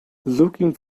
looking